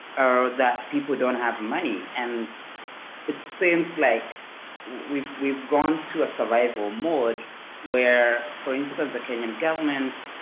or that people don't have money. and it seems like we've we've gone to a survival mode where, for instance, the kenyan government